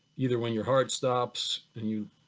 either when your heart stops and you,